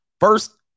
First